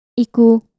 Iku